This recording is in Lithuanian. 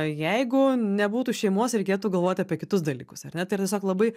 jeigu nebūtų šeimos reikėtų galvot apie kitus dalykus ar ne tai tiesiog labai